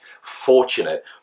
fortunate